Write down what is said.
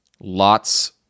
lots